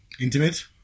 Intimate